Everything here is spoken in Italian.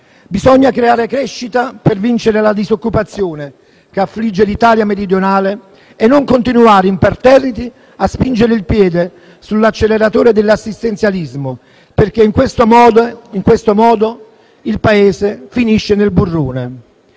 Bisogna creare crescita per vincere la disoccupazione che affligge l'Italia meridionale e non continuare imperterriti a spingere il piede sull'acceleratore dell'assistenzialismo, perché in questo modo il Paese finisce nel burrone.